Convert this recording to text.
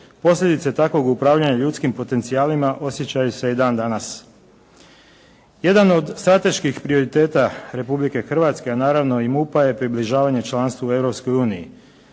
Posljedice takvog upravljanja ljudskim potencijalima osjećaju se i dan danas. Jedan od strateških prioriteta Republike Hrvatske, a naravno i MUP-a je približavanje članstvu